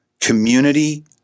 community